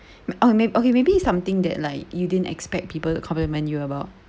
oh maybe okay maybe it's something that like you didn't expect people to compliment you about